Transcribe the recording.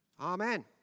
Amen